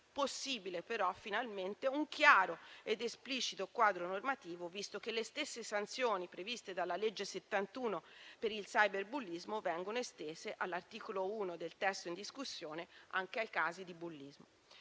sarà però finalmente disponibile un chiaro ed esplicito quadro normativo, visto che le stesse sanzioni previste dalla legge n. 71 del 2017 per il cyberbullismo vengono estese, all'articolo 1 del testo in discussione, anche ai casi di bullismo.